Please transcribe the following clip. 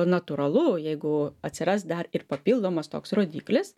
natūralu jeigu atsiras dar ir papildomas toks rodiklis